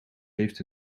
heeft